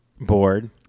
board